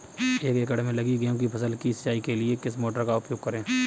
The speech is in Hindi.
एक एकड़ में लगी गेहूँ की फसल की सिंचाई के लिए किस मोटर का उपयोग करें?